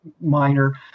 minor